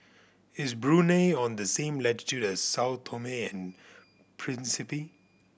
is Brunei on the same latitude as Sao Tome and Principe